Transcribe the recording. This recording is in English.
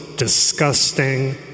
disgusting